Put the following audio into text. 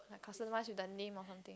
customised with the name or something